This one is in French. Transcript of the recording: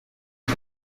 est